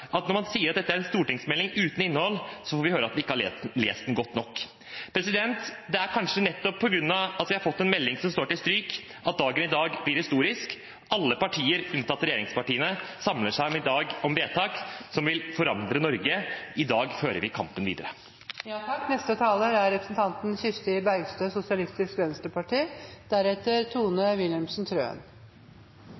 at når man sier at dette er en stortingsmelding uten innhold, har vi ikke lest den godt nok. Det er kanskje nettopp på grunn av at vi har fått en melding som står til stryk, at dagen i dag blir historisk. Alle partier unntatt regjeringspartiene samler seg i dag om vedtak som vil forandre Norge. I dag fører vi kampen videre.